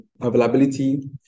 availability